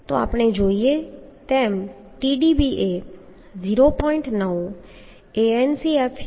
તો આપણે જોઈએ છીએ તેમ Tdbએ0